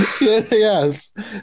Yes